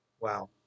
wow